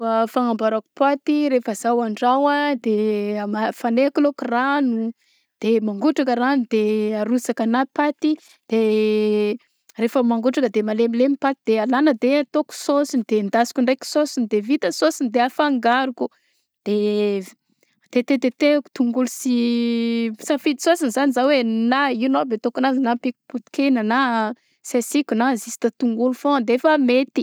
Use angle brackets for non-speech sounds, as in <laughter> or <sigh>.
Fomba fagnamboarako paty rehefa zaho an-dragno a de afagnaiko k- alako rano de mangotraka rano de arosakanahy paty de <hesitation> rehefa mangotraka de malemilemy ny paty de alana de ataoko saosiny de endasiko ndraiky saosiny de vita saosiny de afangaroko de tetetetehako tongolo sy <hesitation> misafidy saosiny zany za hoe na ino aby ataoko anazy na ampiako poti-kena na sy asiako na juste tongolo foagnany de efa mety.